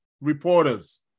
Reporters